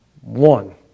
One